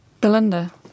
Belinda